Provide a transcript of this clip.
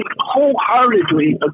wholeheartedly